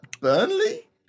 Burnley